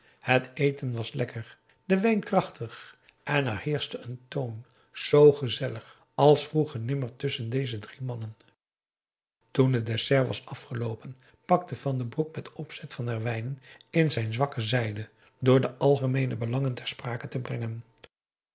het eten was lekker de wijn krachtig en er heerschte een toon zoo gezellig als vroeger nimmer tusschen deze drie mannen toen het dessert was afgeloopen pakte van den broek met opzet van herwijnen in zijn zwakke zijde door de algemeene belangen ter sprake te brengen